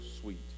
sweet